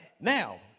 Now